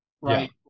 Right